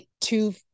two